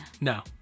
No